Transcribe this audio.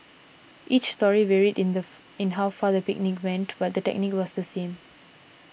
each story varied in the in how far the picnic went but the technique was the same